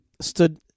stood